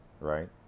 right